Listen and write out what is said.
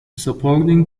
supporting